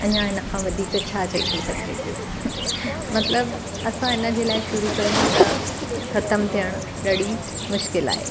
अञा हिन खां वधीक छा चई थो सघिजे पियो मतिलबु असां हिन जे लाइ शुरू कयूं त ख़तमु थियणु ॾाढी मुश्किलु आहे